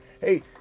hey